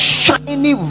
shiny